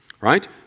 Right